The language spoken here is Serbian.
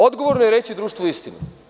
Odgovorno je reći društvu istinu.